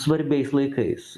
svarbiais laikais